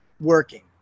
working